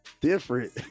different